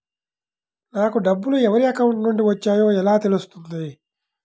నాకు డబ్బులు ఎవరి అకౌంట్ నుండి వచ్చాయో ఎలా తెలుస్తుంది?